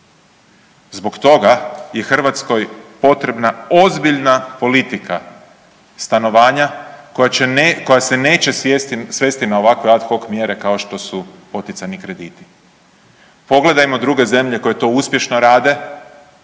Zbog toga je Hrvatskoj potrebna ozbiljna politika stanovanja koja se neće svesti na ovakve ad hoc mjere kao što su poticajni krediti. Pogledajmo druge zemlje koje to uspješno rade,